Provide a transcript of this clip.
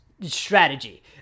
strategy